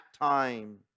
time